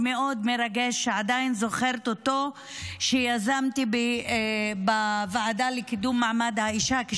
אני מברכת על זה שהכנסת סוף-סוף אישרה את הצעת החוק הזאת,